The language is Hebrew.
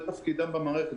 זה תפקידם במערכת,